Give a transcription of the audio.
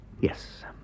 yes